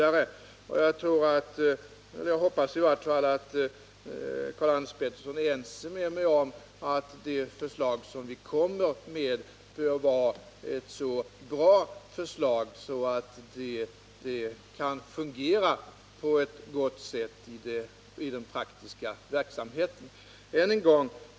Jag hoppas att Karl-Anders Petersson är ense med mig om att det förslag som vi kommer med bör vara ett så bra förslag att det kan fungera på ett gott sätt i den praktiska verksamheten.